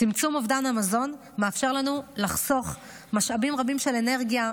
צמצום אובדן המזון מאפשר לנו לחסוך משאבים רבים של אנרגיה,